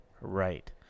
Right